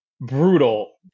brutal